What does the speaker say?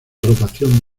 rotación